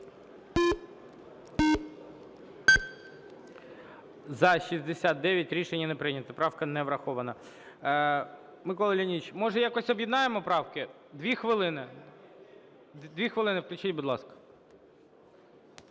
За-69 Рішення не прийнято. Правка не врахована. Микола Леонідович, може, якось об'єднаємо правки? 2 хвилини. Включіть, будь ласка.